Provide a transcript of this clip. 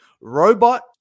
robot